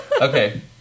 Okay